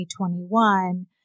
2021